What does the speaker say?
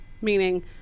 meaning